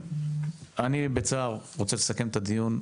אני, בצער, רוצה לסכם את הדיון.